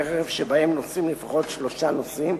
לכלי רכב שבהם לפחות שלושה נוסעים,